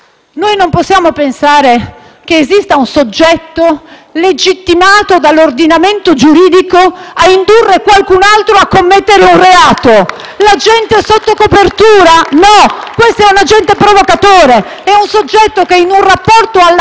Noi non possiamo pensare che esista un soggetto legittimato dall'ordinamento giuridico a indurre qualcun altro a commettere un reato. *(Applausi dal Gruppo FI-BP)*. Un agente sotto copertura? No, questo è un agente provocatore: è un soggetto che in un rapporto alla